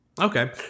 Okay